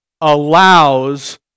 allows